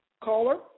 Caller